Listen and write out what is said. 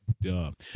dumb